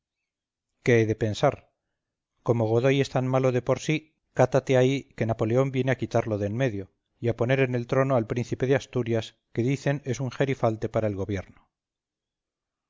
qué he de pensar como godoy es tan malo de por sí cátate ahí que napoleón viene a quitarlo de enmedio y a poner en el trono al príncipe de asturias que dicen es un gerifalte para el gobierno